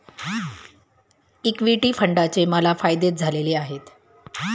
equity फंडाचे मला फायदेच झालेले आहेत